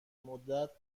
مدت